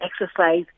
exercise